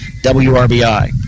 WRBI